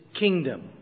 kingdom